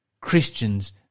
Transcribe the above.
Christians